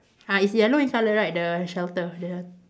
ah it's yellow in colour right shelter the